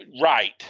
Right